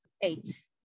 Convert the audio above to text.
eight